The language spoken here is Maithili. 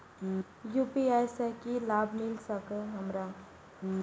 यू.पी.आई से की लाभ मिल सकत हमरा?